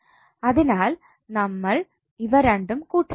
അതിനാൽ നമ്മൾ ഇവ രണ്ടും കൂട്ടിച്ചേർക്കും